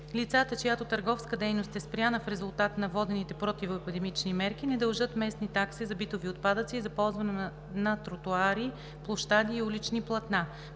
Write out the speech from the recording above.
Лицата, чиято търговска дейност е спряна в резултат на въведените противоепидемични мерки, не дължат местни такси за битови отпадъци и за ползване на тротоари, площади и улични платна.